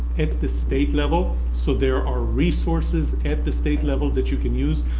at the state level. so there are resources at the state level that you can use.